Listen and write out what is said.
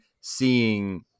seeing